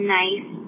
nice